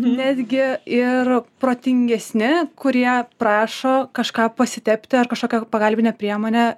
netgi ir protingesni kurie prašo kažką pasitepti ar kažkokią pagalbinę priemonę